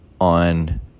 on